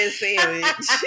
sandwich